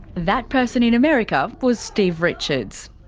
that person in america was steve richards.